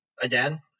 again